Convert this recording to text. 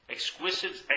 Exquisite